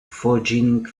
foraging